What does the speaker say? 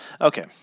Okay